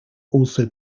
also